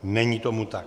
Není tomu tak.